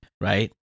right